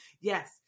Yes